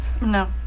No